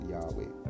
Yahweh